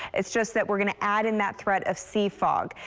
it's just that we're going to add in that threat of sea fog.